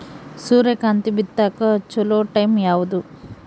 ಸೂರ್ಯಕಾಂತಿ ಬಿತ್ತಕ ಚೋಲೊ ಟೈಂ ಯಾವುದು?